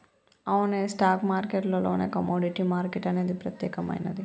అవునే stock market లోనే commodity market అనేది ప్రత్యేకమైనది